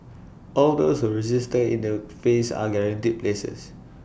all those who register in the phase are guaranteed places